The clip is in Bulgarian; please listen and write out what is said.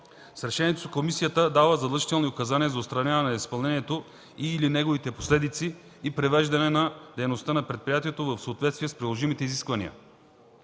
С решението си комисията дава задължителни указания за отстраняване на неизпълнението и/или неговите последици и привеждане на дейността на предприятието в съответствие с приложимите изисквания.